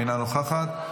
אינה נוכחת,